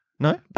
No